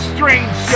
Strange